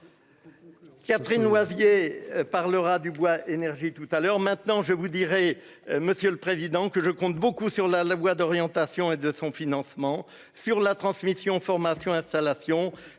Catherine Noizier parlera du bois énergie tout à l'heure, maintenant je vous direz, monsieur le président, que je compte beaucoup sur la la loi d'orientation et de son financement sur la transmission formation installation